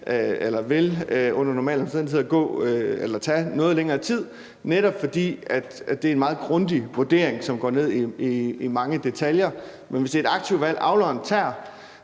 omstændigheder kan eller vil tage noget længere tid, netop fordi det er en meget grundig vurdering, som går ned i mange detaljer. Men hvis det er et aktivt valg, avleren tager,